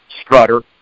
strutter